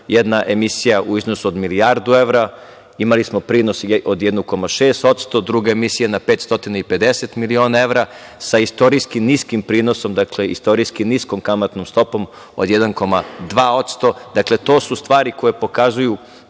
Jedna emisija u iznosu od milijardu evra. Imali smo prinos od 1,6%, druga emisija na 550 miliona evra sa istorijski niskim prinosom, dakle istorijski niskom kamatnom stopom od 1,2%. To su stvari koje pokazuju